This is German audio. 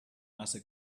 nasse